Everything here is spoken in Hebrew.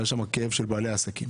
היה שם כאב של בעלי עסקים.